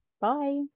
Bye